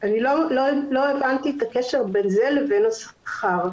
לא הבנתי את הקשר בין זה לבין השכר.